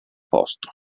posto